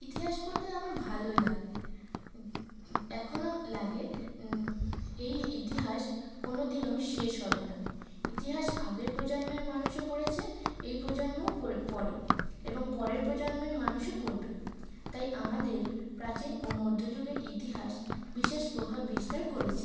ইতিহাস পড়তে আমার ভালো লাগে এখনও লাগে এই ইতিহাস কোনো দিনও শেষ হবে না ইতিহাস আগের প্রজন্মের মানুষও পড়েছে এই প্রজন্মও পড়ে এবং পরের প্রজন্মের মানুষও পড়বে তাই আমাদের প্রাচীন ও মধ্য যুগের ইতিহাস বিশেষ প্রভাব বিস্তার করেছে